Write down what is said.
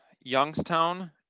Youngstown